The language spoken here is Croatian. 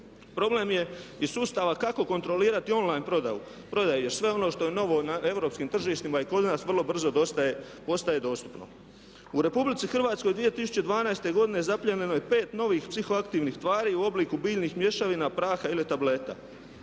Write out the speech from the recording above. Problem je i sustava kako kontrolirati on line prodaju jer sve ono što je novo na europskim tržištima i kod nas vrlo brzo postaje dostupno. U Republici Hrvatskoj 2012. godine zaplijenjeno je 5 novih psihoaktivnih tvari u obliku biljnih mješavina praha ili tableta.